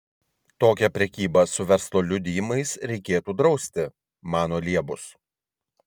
tokią prekybą su verslo liudijimais reikėtų drausti mano liebus